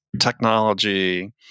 technology